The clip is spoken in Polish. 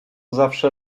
zawsze